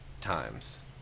times